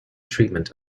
treatment